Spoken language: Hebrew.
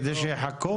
לא.